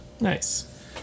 nice